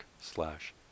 slash